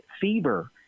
fever